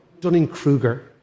Dunning-Kruger